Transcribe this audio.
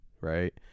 Right